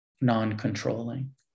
non-controlling